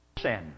sin